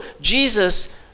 Jesus